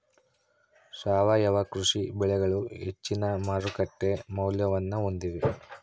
ಸಾವಯವ ಕೃಷಿ ಬೆಳೆಗಳು ಹೆಚ್ಚಿನ ಮಾರುಕಟ್ಟೆ ಮೌಲ್ಯವನ್ನ ಹೊಂದಿವೆ